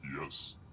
Yes